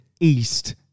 East